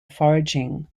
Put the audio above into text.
foraging